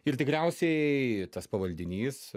ir tikriausiai tas pavaldinys